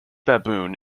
baboon